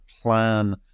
plan